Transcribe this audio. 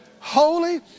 holy